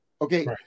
Okay